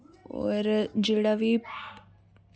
और जेह्ड़ा वी